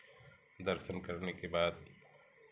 दर्शन करने के बाद